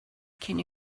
cyn